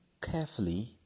carefully